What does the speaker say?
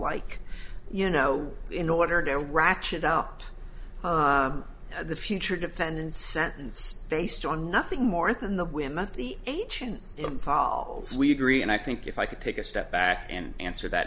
like you know in order to ratchet up the teacher defendant sentence based on nothing more than the wind not the agent involved we agree and i think if i could take a step back and answer that